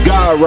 God